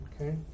okay